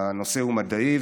הנושא הוא מדעי,